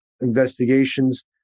investigations